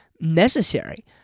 necessary